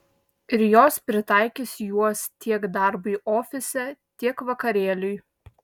ir jos pritaikys juos tiek darbui ofise tiek vakarėliui